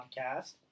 podcast